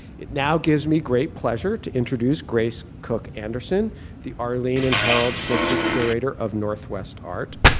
it now gives me great pleasure to introduce grace kook-anderson, the arlene and harold schnitzer curator of northwest art.